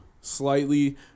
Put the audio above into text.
Slightly